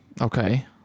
Okay